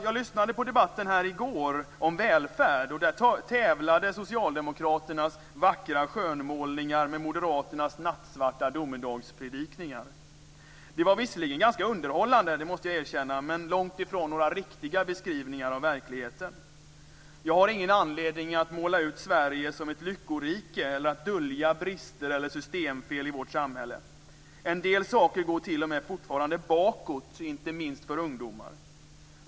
Jag lyssnade på debatten om välfärd här i går, och där tävlade socialdemokraternas vackra skönmålningar med moderaternas nattsvarta domedagspredikningar. Det var visserligen ganska underhållande - det måste jag erkänna - men långt ifrån några riktiga beskrivningar av verkligheten. Jag har ingen anledning att utmåla Sverige som ett lyckorike eller att dölja brister eller systemfel i vårt samhälle. En del saker går t.o.m. fortfarande bakåt, inte minst för ungdomar.